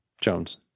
Jones